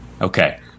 Okay